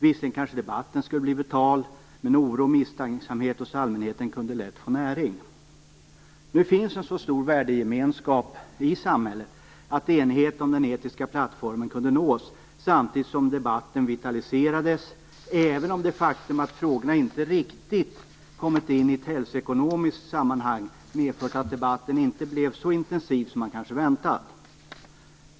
Visserligen skulle kanske debatten bli vital, men oro och misstänksamhet hos allmänheten kunde lätt få näring. Nu finns en så stor värdegemenskap i samhället att enighet om den etiska plattformen kunnat nås, samtidigt som debatten vitaliserats - även om det faktum att frågorna inte riktigt kommit in i ett hälsoekonomiskt sammanhang medfört att debatten inte blivit så intensiv som man kanske väntat.